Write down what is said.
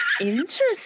interesting